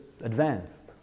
advanced